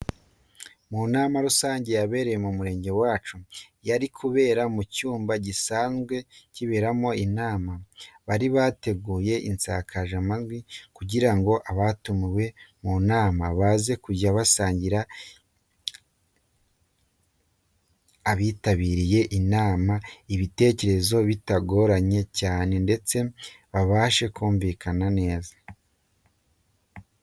Mu nama rusange yabereye ku murenge wacu, yari iri kubera mu cyumba gisanzwe kiberamo inama, bari bateguye insakazamajwi kugira ngo abatumiwe mu nama baze kujya basangiza abitabiriye inama ibitekerezo bitagoranye cyane ndetse babashe kumvikana neza.